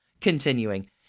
Continuing